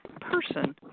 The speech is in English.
person